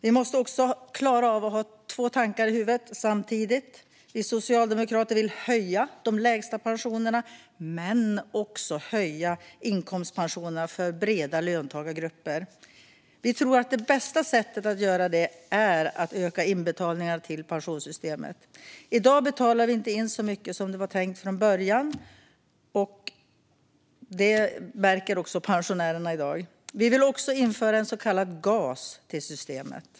Vi måste klara av att hålla två tankar i huvudet samtidigt. Vi socialdemokrater vill höja de lägsta pensionerna men också höja inkomstpensionerna för breda löntagargrupper. Vi tror att det bästa sättet att göra det är att öka inbetalningarna till pensionssystemet. I dag betalar vi inte in så mycket som det var tänkt från början, och det märker pensionärerna. Vi vill också införa en så kallad gas till systemet.